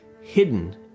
hidden